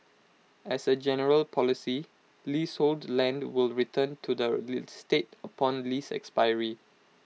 as A general policy leasehold land will return to the state upon lease expiry